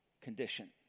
condition